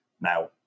Now